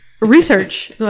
research